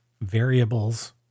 variables